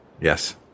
Yes